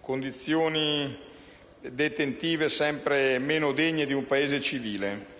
condizioni detentive sempre meno degne di un Paese civile;